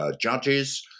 judges